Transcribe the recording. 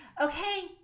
Okay